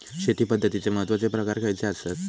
शेती पद्धतीचे महत्वाचे प्रकार खयचे आसत?